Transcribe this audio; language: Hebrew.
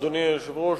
אדוני היושב-ראש,